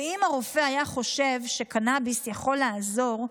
ואם הרופא היה חושב שקנביס יכול לעזור,